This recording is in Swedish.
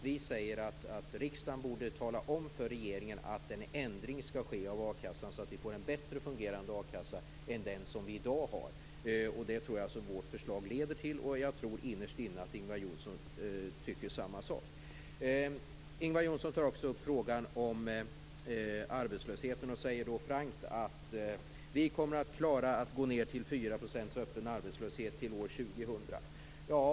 Vi säger att riksdagen borde tala om för regeringen att en ändring skall ske av a-kassan så att man får en bättre fungerande a-kassa än den som man i dag har. Jag tror att vårt förslag leder till detta, och jag tror att Ingvar Johnsson innerst inne tycker detsamma. Ingvar Johnsson tar också upp frågan om arbetslösheten och säger frankt: Vi kommer att klara att gå ned till 4 % öppen arbetslöshet till år 2000.